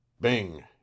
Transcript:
Bing